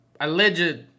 alleged